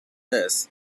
this